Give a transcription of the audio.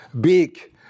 big